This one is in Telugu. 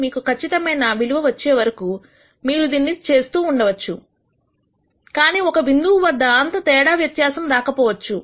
మీకు ఖచ్చితమైన విలువ వచ్చేవరకూ మీరు దీన్ని చేస్తూ ఉండొచ్చు కానీ ఒక బిందువు వద్ద అంత తేడా వ్యత్యాసం రాకపోవచ్చు